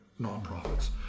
nonprofits